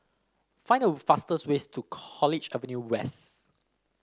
find the fastest way to College Avenue West